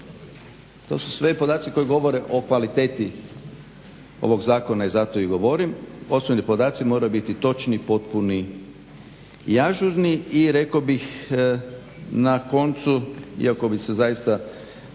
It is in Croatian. To su sve podaci koji govore o kvaliteti ovog zakona i zato i govorim. Poslovni podaci moraju biti točni, potpuni i ažurni. I rekao bih na koncu iako bih se zaista